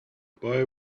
boy